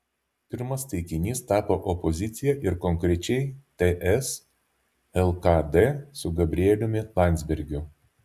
pirmas taikinys tapo opozicija ir konkrečiai ts lkd su gabrieliumi landsbergiu